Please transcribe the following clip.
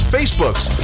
Facebooks